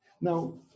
Now